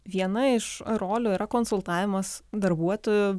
viena iš rolių yra konsultavimas darbuotojų